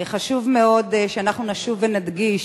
חשוב מאוד שאנחנו נשוב ונדגיש